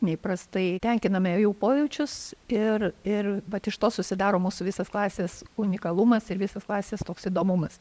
neįprastai tenkiname jų pojaučius ir ir vat iš to susidaro mūsų visas klasės unikalumas ir visas klasės toks įdomumas